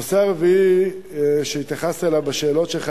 הנושא הרביעי שהתייחסת אליו בשאלות שלך,